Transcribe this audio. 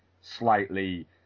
slightly